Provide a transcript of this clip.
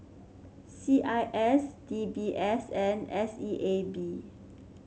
C I S D B S and S E A B